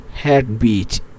heartbeat